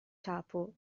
capo